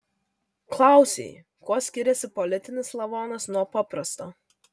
klausei kuo skiriasi politinis lavonas nuo paprasto